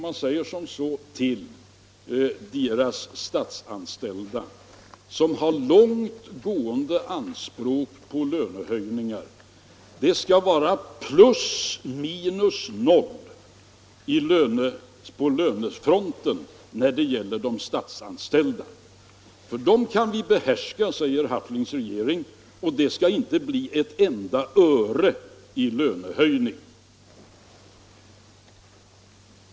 Den säger till sina statsanställda, som har långt gående anspråk på lönehöjningar, att det skall vara plus minus noll på lönefronten när det gäller de statsanställda - för dem kan vi behärska, säger Hartlings regering, och det skall inte bli ett enda öre i lönehöjning!